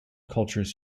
cultures